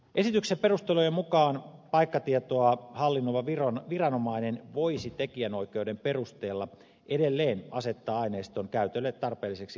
esityksen perustelujen mukaan paikkatietoa hallinnoiva viranomainen voisi tekijänoikeuden perusteella edelleen asettaa aineiston käytölle tarpeelliseksi katsomiaan ehtoja